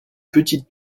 petite